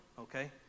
okay